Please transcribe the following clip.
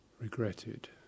regretted